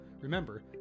Remember